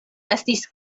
estis